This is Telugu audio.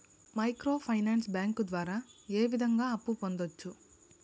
మైక్రో ఫైనాన్స్ బ్యాంకు ద్వారా ఏ విధంగా అప్పు పొందొచ్చు